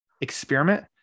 experiment